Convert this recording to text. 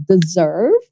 deserve